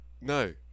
no